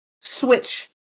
switch